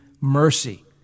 mercy